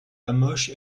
hamoche